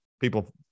people